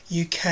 UK